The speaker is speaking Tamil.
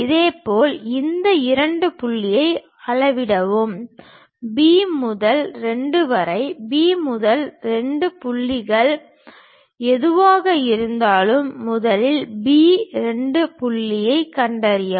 இதேபோல் இந்த 2 புள்ளியை அளவிடவும் B முதல் 2 வரை B முதல் 2 புள்ளிகள் எதுவாக இருந்தாலும் முதலில் B 2 புள்ளியைக் கண்டறியவும்